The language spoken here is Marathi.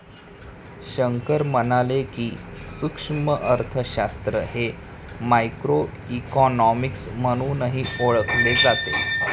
शंकर म्हणाले की, सूक्ष्म अर्थशास्त्र हे मायक्रोइकॉनॉमिक्स म्हणूनही ओळखले जाते